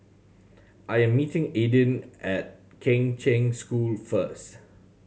I am meeting Aidyn at Kheng Cheng School first